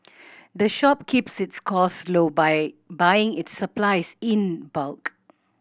the shop keeps its costs low by buying its supplies in bulk